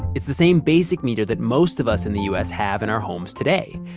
it's the same basic meter that most of us in the us have in our homes today.